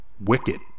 wicked